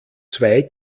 zwei